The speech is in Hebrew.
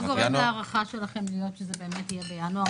מה גורם להערכה שלכם שזה באמת יהיה בינואר,